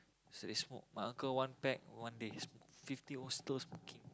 so they smoke my uncle one pack one day he smoke fifty year old still smoking